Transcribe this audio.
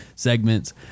segments